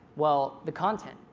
well, the content.